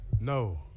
No